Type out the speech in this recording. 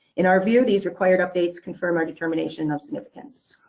in our view, these required updates confirm our determination of significance.